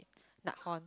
Nakhon